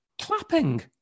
clapping